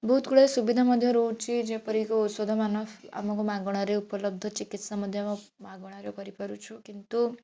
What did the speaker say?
ବହୁତ ଗୁଡ଼ାଏ ସୁବିଧା ମଧ୍ୟ ରହୁଛି ଯେପରି କି ଔଷଧମାନ ଆମକୁ ମାଗଣାରେ ଉପଲବ୍ଧ ଚିକିତ୍ସା ମଧ୍ୟ ମାଗଣାରେ କରିପାରୁଛୁ କିନ୍ତୁ